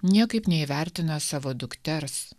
niekaip neįvertina savo dukters